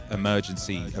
emergency